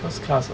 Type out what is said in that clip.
first class ah